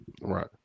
Right